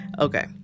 Okay